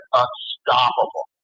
unstoppable